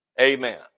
Amen